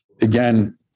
Again